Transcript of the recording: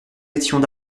étions